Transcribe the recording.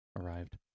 arrived